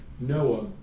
Noah